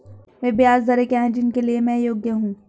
वे ब्याज दरें क्या हैं जिनके लिए मैं योग्य हूँ?